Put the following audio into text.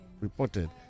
reported